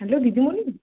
hello দিদিমণি